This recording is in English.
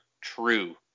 true